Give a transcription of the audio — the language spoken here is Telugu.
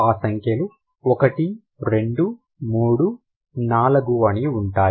ఆ సంఖ్యలు ఒకటి రెండు మూడు నాలుగు అని ఉంటాయి